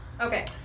Okay